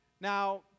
Now